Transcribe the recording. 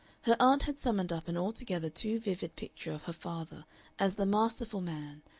her aunt had summoned up an altogether too vivid picture of her father as the masterful man,